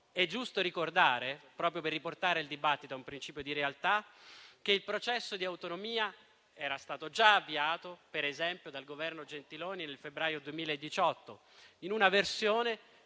In secondo luogo, proprio per riportare il dibattito a un principio di realtà, è giusto ricordare che il processo di autonomia era stato già avviato, per esempio, dal Governo Gentiloni nel febbraio 2018, in una versione